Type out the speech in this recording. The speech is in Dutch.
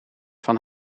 van